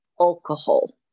alcohol